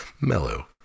mellow